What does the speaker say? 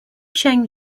chen